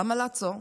למה לעצור?